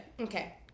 Okay